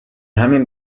همین